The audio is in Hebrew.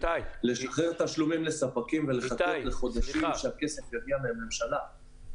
לשחרר תשלומים לספקים ולחכות חודשים שהכסף יגיע מהממשלה.